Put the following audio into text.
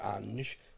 Ange